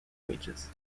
wages